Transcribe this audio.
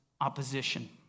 opposition